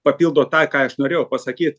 papildo tą ką aš norėjau pasakyt